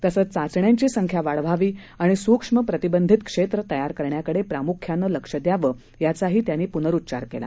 तसंच चाचण्यांची संख्या वाढवावी आणि सूक्ष्म प्रतिबंधित क्षेत्र तयार करण्याकडे प्रामुख्यानं लक्ष द्यावं याचाही त्यांनी पुनरुच्चार केला